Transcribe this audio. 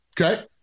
Okay